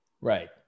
Right